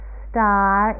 star